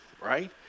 Right